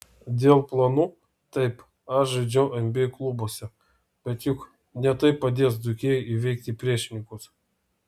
dėl planų taip aš žaidžiau nba klubuose bet juk ne tai padės dzūkijai įveikti priešininkus